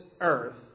earth